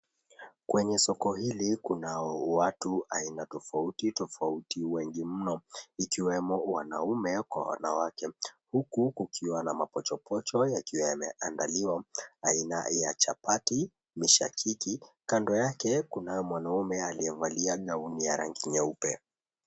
Kwenye soko hili kuna watu aina tofauti tofauti wengi mno ikiwemo wanaume kwa wanawake. Huku kukiwa na mapochopocho yakiwa yameandaliwa aina ya chapati, mishakiki, kando yake kuna mwanaume aliyevaa gauni ya rangi nyeupe.